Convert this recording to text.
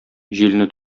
җилне